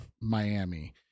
miami